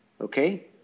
okay